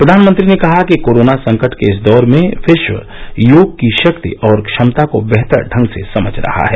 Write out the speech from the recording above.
प्रधानमंत्री ने कहा कि कोरोना संकट के इस दौर में विश्व योग की शक्ति और क्षमता को बेहतर ढंग से समझ रहा है